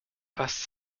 passe